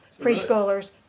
preschoolers